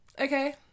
Okay